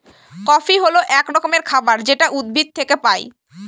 coffee হল এক রকমের খাবার যেটা উদ্ভিদ থেকে পায়